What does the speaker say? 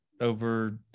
over